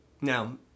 Now